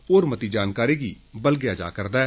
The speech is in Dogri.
ओर मती जानकारी गी बालगेआ जाकरदा ऐ